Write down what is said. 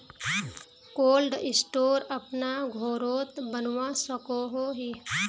Cold store अपना घोरोत बनवा सकोहो ही?